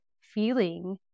feeling